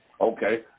Okay